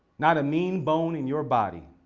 not a mean bone in your body.